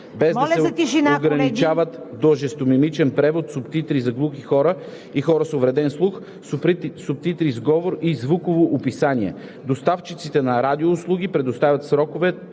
без да се ограничават до жестомимичен превод, субтитри за глухи и хора с увреден слух, субтитри с говор и звуково описание. Доставчиците на радиоуслуги предоставят в срокове